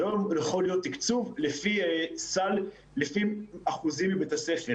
זה לא יכול להיות תקצוב לפי אחוזים מבית הספר.